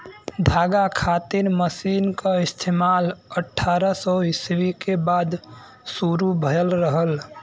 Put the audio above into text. धागा खातिर मशीन क इस्तेमाल अट्ठारह सौ ईस्वी के बाद शुरू भयल रहल